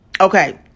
okay